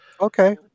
Okay